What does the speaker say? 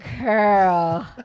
girl